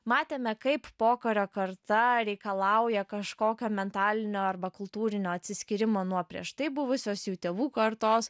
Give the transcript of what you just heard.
matėme kaip pokario karta reikalauja kažkokio mentalinio arba kultūrinio atsiskyrimo nuo prieš tai buvusios jų tėvų kartos